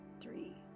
three